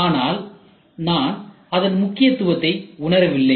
ஆனால் நான் அதன் முக்கியத்துவத்தை உணரவில்லை